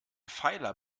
pfeiler